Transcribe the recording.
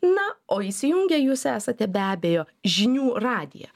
na o įsijungę jūs esate be abejo žinių radiją